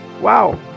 Wow